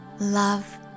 love